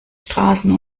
straßen